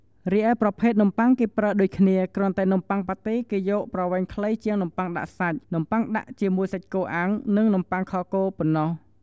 រីឯប្រភេទនំបុ័ងគេប្រើដូចគ្នាគ្រាន់តែនំបុ័ងប៉ាតេគេយកប្រវែងខ្លីជាងនំបុ័នដាក់សាច់ នំបុ័ងដាក់ជាមួយសាច់គោអាំង និង នំបុ័ងខគោ ប៉ុណ្ណោះ។